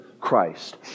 Christ